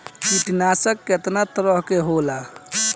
कीटनाशक केतना तरह के होला?